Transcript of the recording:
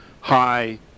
high